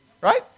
Right